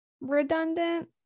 redundant